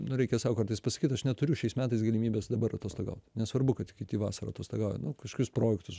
nu reikia sau kartais pasakyt aš neturiu šiais metais galimybės dabar atostogaut nesvarbu kad kiti vasarą atostogauja kažkokius projektus